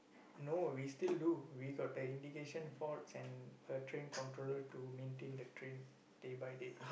no we still do we got the indication faults and the train controller to maintain the train day by day